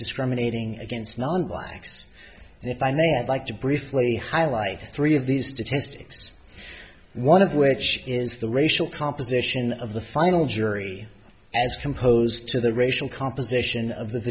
discriminating against non blacks and if i may i'd like to briefly highlight three of these statistics one of which is the racial composition of the final jury as composed to the racial composition of the